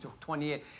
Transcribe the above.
28